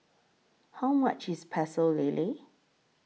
How much IS Pecel Lele